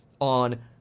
on